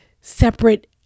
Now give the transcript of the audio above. separate